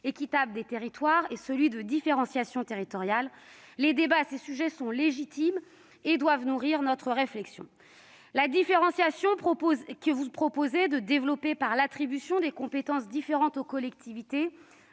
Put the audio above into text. équitable des territoires et de différenciation territoriale. Les débats à ces sujets sont légitimes et doivent nourrir notre réflexion. La différenciation que vous proposez de développer par l'attribution de compétences différentes aux collectivités